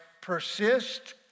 persist